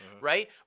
right